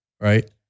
right